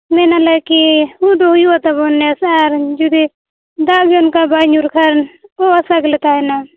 ᱢᱮᱱᱟᱞᱮ ᱠᱤ ᱦᱩᱭ ᱫᱚ ᱦᱩᱭᱩᱜᱼᱟ ᱛᱟᱵᱚᱱ ᱱᱮᱥ ᱟᱨ ᱡᱩᱫᱤ ᱫᱟᱜ ᱜᱮ ᱚᱱᱠᱟ ᱵᱟᱭ ᱧᱩᱨ ᱠᱷᱟᱱ ᱚᱼᱟᱥᱟ ᱜᱮᱞᱮ ᱛᱟᱦᱮᱱᱟ